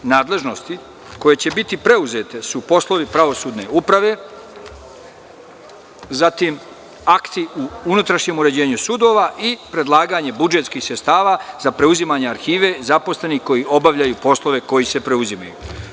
Nadležnosti koje će biti preuzete su poslovi pravosudne uprave, zatim akti u unutrašnjem uređenju sudova i predlaganje budžetskih sredstava za preuzimanje arhive zaposlenih koji obavljaju poslove koji se preuzimaju.